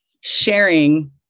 sharing